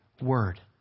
Word